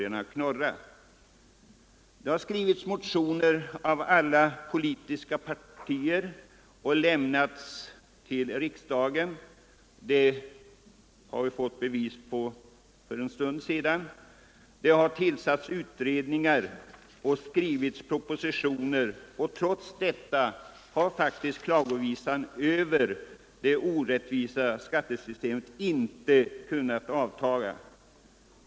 I alla politiska partier har man också skrivit motioner i skattefrågor, och de motionerna har behandlats av riksdagen. Vi har sett exempel på det för en stund sedan. Vidare har det tillsatts utredningar och skrivits propositioner, men trots detta har klagovisorna över det orättvisa skattesystemet inte avtagit i styrka.